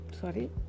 Sorry